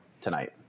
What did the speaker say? tonight